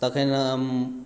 तखन हम